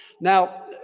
Now